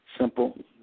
Simple